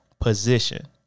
position